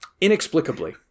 Inexplicably